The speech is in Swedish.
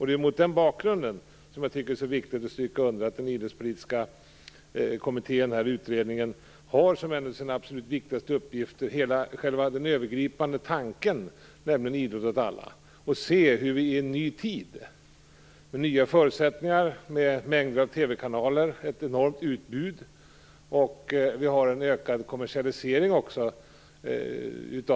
Det är mot den bakgrunden som det är så viktigt att stryka under att den idrottspolitiska utredningen som en av sina absolut viktigaste uppgifter har själva den övergripande tanken om idrott åt alla. Vi lever ju i en ny tid, med nya förutsättningar, med mängder av TV-kanaler, med ett enormt utbud och med en ökad kommersialisering.